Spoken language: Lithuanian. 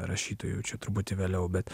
rašytojų čia truputį vėliau bet